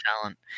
talent